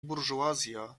burżuazja